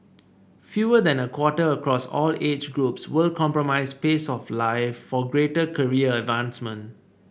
fewer than a quarter across all age groups would compromise pace of life for greater career advancement